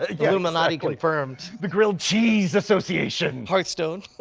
ah yeah illuminati, confirmed. the grilled cheese association. hearthstone.